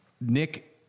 Nick